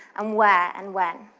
um where and when.